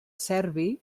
serbi